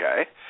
okay